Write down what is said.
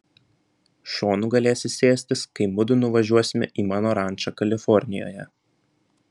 šonu galėsi sėstis kai mudu nuvažiuosime į mano rančą kalifornijoje